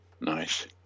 Nice